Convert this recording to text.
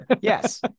Yes